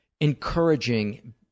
encouraging